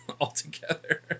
altogether